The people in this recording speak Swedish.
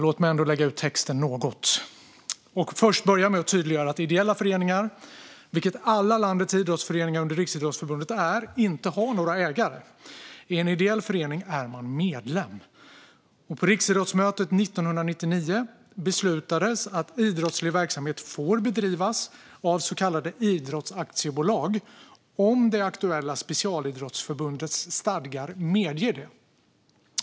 Låt mig dock lägga ut texten något och börja med att tydliggöra att ideella föreningar, vilket alla landets idrottsföreningar under Riksidrottsförbundet är, inte har några ägare. I en ideell förening är man medlem. På riksidrottsmötet 1999 beslutades att idrottslig verksamhet får bedrivas av så kallade idrottsaktiebolag om det aktuella specialidrottsförbundets stadgar medger det.